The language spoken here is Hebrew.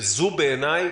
וזו בעיניי,